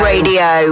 Radio